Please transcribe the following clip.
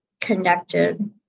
connected